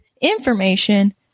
information